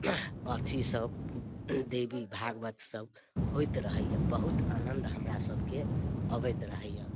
अथीसब देवी भागवत सब होइत रहैए बहुत आनन्द हमरासबके अबैत रहैए